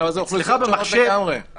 זה אצלך במחשב.